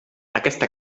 aquesta